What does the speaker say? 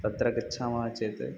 तत्र गच्छामः चेत्